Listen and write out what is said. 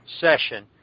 session